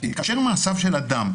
שכאשר מעשיו של אדם,